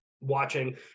watching